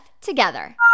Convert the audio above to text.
together